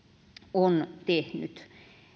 on tehnyt